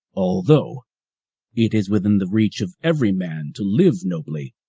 although it is within the reach of every man to live nobly,